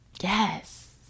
Yes